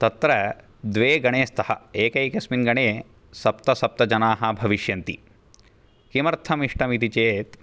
तत्र द्वे गणे स्तः एकैकस्मिन्गणे सप्तसप्तजनाः भविष्यन्ति किमर्थम् इष्टमिति चेत्